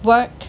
work